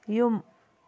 ꯌꯨꯝ